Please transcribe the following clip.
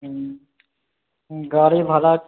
हुँ गाड़ी भाड़ा